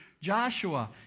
Joshua